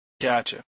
Gotcha